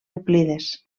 euclides